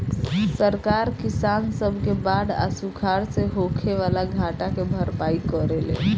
सरकार किसान सब के बाढ़ आ सुखाड़ से होखे वाला घाटा के भरपाई करेले